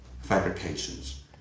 fabrications